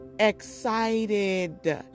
excited